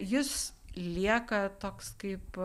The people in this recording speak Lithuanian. jis lieka toks kaip